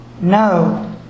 No